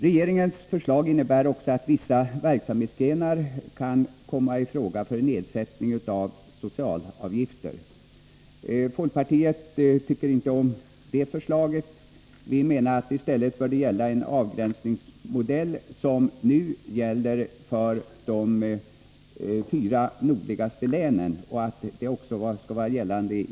Regeringens förslag innebär också att endast vissa verksamhetsgrenar kan komma i fråga för nedsättning av socialavgifter. Folkpartiet avvisar det förslaget. Vi menar att man i stället bör tillämpa den avgränsningsmodell som nu gäller för de fyra nordligaste länen.